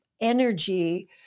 energy